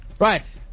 Right